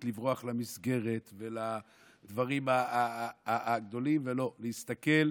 לברוח למסגרת ולדברים הגדולים ולא להסתכל,